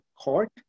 Court